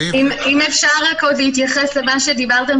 אם אפשר רק עוד להתייחס למה שדיברתם